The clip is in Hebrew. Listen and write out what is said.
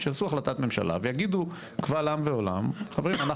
שיעשו החלטת ממשלה ויגידו קבל עם ועולם 'חברים אנחנו